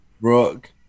Rock